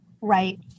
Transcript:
Right